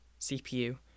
cpu